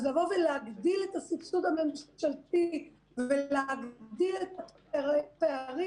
אז להגדיל את הסבסוד הממשלתי ולהגדיל את הפערים